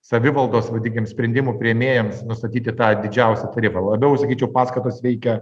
savivaldos vadinkim sprendimų priėmėjams nustatyti tą didžiausią tarifą labiau sakyčiau paskatos veikia